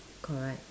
correct